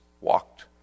walked